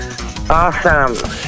Awesome